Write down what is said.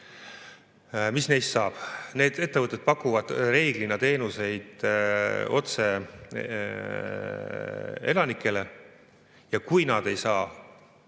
Mis neist saab? Need ettevõtted pakuvad reeglina teenuseid otse elanikele ja kui nad ei saa